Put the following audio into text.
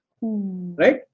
Right